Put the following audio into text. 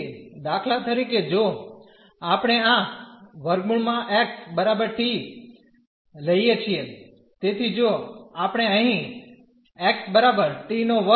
તેથી દાખલા તરીકે જો આપણે આ √ x t લઈએ છીએ તેથી જો આપણે અહીં xt2